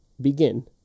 begin